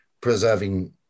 preserving